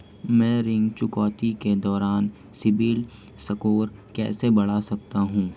मैं ऋण चुकौती के दौरान सिबिल स्कोर कैसे बढ़ा सकता हूं?